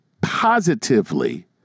positively